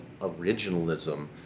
originalism